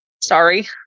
Sorry